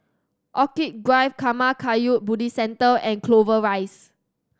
Orchid Drive Karma Kagyud Buddhist Centre and Clover Rise